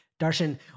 Darshan